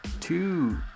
two